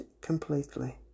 completely